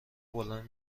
بلند